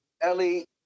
Ellie